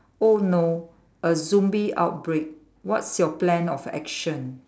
oh no a zombie outbreak what's your plan of action